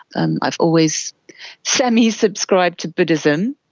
and i've always semi-subscribed to buddhism,